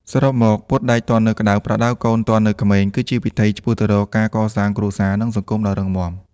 សរុបមក «ពត់ដែកទាន់នៅក្ដៅ ប្រដៅកូនទាន់នៅក្មេង» គឺជាវិថីឆ្ពោះទៅរកការកសាងគ្រួសារ និងសង្គមដ៏រឹងមាំ។